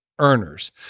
earners